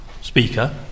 speaker